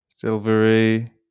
Silvery